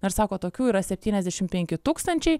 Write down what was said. na ir sako tokių yra septyniasdešimt penki tūkstančiai